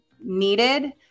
needed